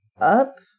up